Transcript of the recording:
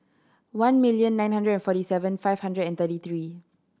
one million nine hundred forty seven five hundred and thirty three